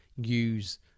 use